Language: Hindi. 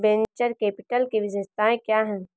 वेन्चर कैपिटल की विशेषताएं क्या हैं?